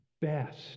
Best